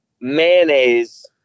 mayonnaise